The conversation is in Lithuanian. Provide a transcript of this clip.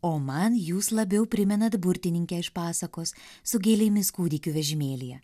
o man jūs labiau primenat burtininkę iš pasakos su gėlėmis kūdikių vežimėlyje